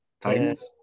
Titans